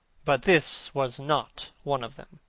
but this was not one of them.